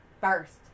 first